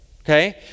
Okay